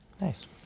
nice